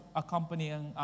accompanying